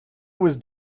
was